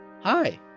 Hi